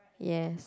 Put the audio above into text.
yes